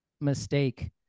mistake